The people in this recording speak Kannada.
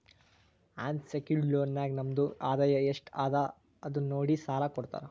ಅನ್ಸೆಕ್ಯೂರ್ಡ್ ಲೋನ್ ನಾಗ್ ನಮ್ದು ಆದಾಯ ಎಸ್ಟ್ ಅದ ಅದು ನೋಡಿ ಸಾಲಾ ಕೊಡ್ತಾರ್